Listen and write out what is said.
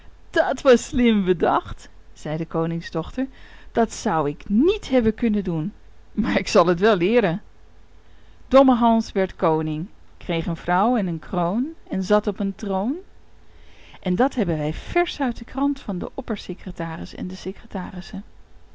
dat was slim bedacht zei de koningsdochter dat zou ik niet hebben kunnen doen maar ik zal het wel leeren domme hans werd koning kreeg een vrouw en een kroon en zat op een troon en dat hebben wij versch uit de krant van den oppersecretaris en de secretarissen